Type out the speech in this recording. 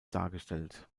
dargestellt